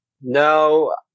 No